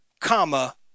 comma